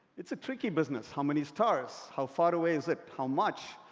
it's a tricky business. how many stars? how far away is it? how much?